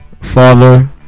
Father